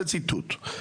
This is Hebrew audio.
זה ציטוט.